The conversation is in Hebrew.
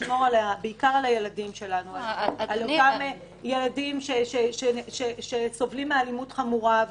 לשמור על אותם ילדים שסובלים מאלימות חמורה,